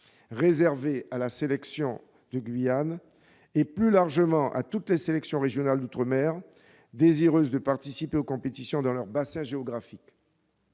réservé à la sélection de Guyane et, plus largement, à toutes les sélections régionales d'outre-mer désireuses de participer aux compétitions dans leur bassin géographique.